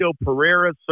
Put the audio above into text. Pereira